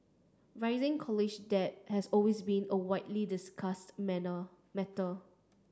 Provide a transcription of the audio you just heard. rising college debt has always been a widely discussed matter